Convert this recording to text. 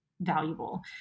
valuable